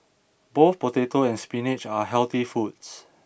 both potato and spinach are healthy foods